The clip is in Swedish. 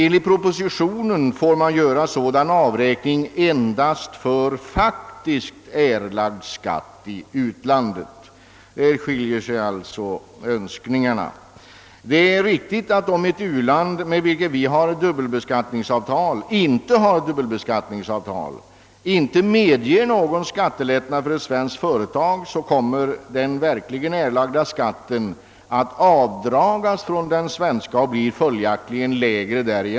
Enligt propositionen får sådan avräkning göras endast för faktiskt erlagd skatt i utlandet. Härvidlag skiljer sig alltså önskningarna. Det är riktigt att om ett u-land, med vilket Sverige inte har dubbelbeskattningsavtal, inte medger någon skattelättnad för ett svenskt företag, kommer den verkligen erlagda skatten att avdragas från den svenska.